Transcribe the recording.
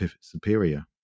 superior